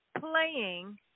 playing